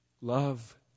Love